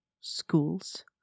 schools